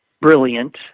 brilliant